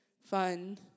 fun